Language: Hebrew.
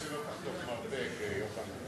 תיזהר שלא תחטוף מרפק, יוחנן.